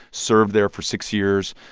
served there for six years,